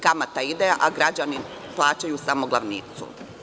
Kamata ide, a građani plaćaju samo glavnicu.